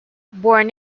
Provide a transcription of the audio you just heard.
born